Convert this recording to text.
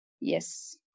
Yes